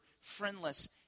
friendless